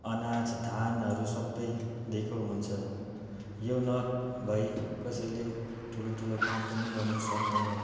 अनाज धानहरू सबै दिएको हुन्छ यो नभई कसैले ठुलो ठुलो काम पनि गर्नु सक्दैन